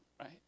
right